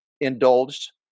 indulged